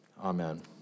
amen